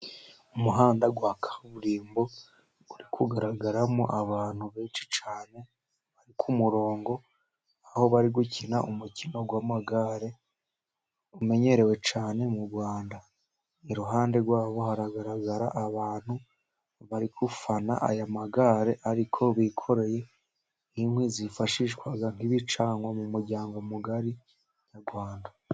Umuhanda wa kaburimbo uri kugaragaramo abantu benshi cyane bari ku murongo. Aho bari gukina umukino w'amagare umenyerewe cyane mu Rwanda, iruhande rwabo haragaragara abantu bari gufana aya magare ariko bikoreye n'inkwi zifashishwa nk'ibicanwa mu muryango mugari nyarwanda.